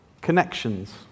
connections